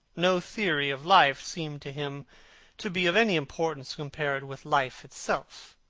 no theory of life seemed to him to be of any importance compared with life itself.